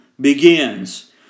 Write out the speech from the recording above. begins